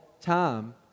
time